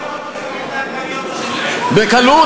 בקלות.